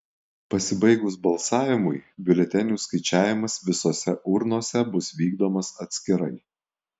pasibaigus balsavimui biuletenių skaičiavimas visose urnose bus vykdomas atskirai